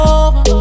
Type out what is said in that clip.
over